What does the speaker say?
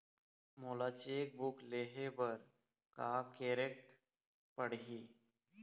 मोला cheque book लेहे बर का केरेक पढ़ही?